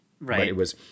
Right